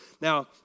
Now